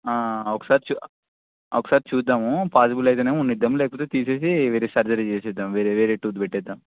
ఒకసారి చూ ఒకసారి చూద్దాము పాసిబుల్ అయితేనేమో ఉండిద్దాము లేకపోతే తీసేసి వేరే సర్జరీ చేసేద్దాం వేరే వేరే టూత్ పెట్టేద్దాం